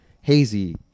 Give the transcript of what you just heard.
Hazy